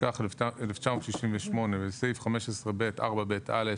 התשכ"ח 1968, בסעיף 15ב(4ב)(א),